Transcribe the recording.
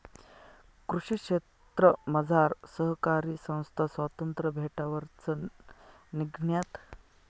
कृषी क्षेत्रमझार सहकारी संस्था स्वातंत्र्य भेटावरच निंघण्यात